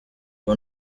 ubu